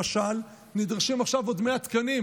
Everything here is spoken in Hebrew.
למשל, נדרשים עכשיו עוד 100 תקנים